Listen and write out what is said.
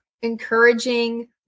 encouraging